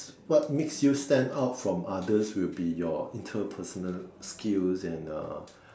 what makes you stand out from others will be your interpersonal skills and uh